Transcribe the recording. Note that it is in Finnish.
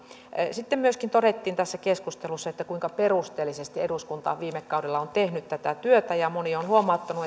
sitten myöskin todettiin tässä keskustelussa kuinka perusteellisesti eduskunta viime kaudella on tehnyt tätä työtä ja moni on huomauttanut